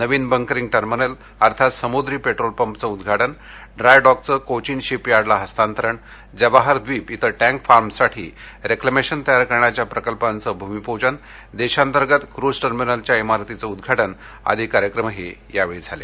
नवीन bunkering terminal अर्थात समुद्री पेट्रोलपंपच उद्वाटन ड्राय डॉकचं कोचीन शिपयार्डला हस्तांतरण जवाहर ड्रीप क्वें टैंक फार्मसाठी रेक्लेमेशन तयार करण्याच्या प्रकल्पाचं भूमीपूजन देशांतर्गत क्रुझ टर्मिनलच्या ारतीचे उद्घाटन आदी कार्यक्रमही यावेळी झाले